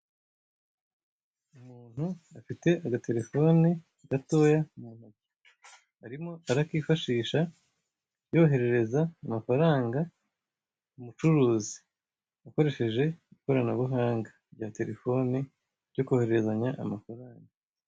Umuntu afite aga terefone gatoya mu ntoki, arimo arakifashisha yoherereza amafaranga umucuruzi akoresheje ikoranabuhanga rya telefoni, ryo kohererezanya amafaranga.